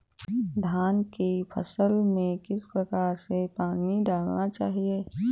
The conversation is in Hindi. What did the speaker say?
धान की फसल में किस प्रकार से पानी डालना चाहिए?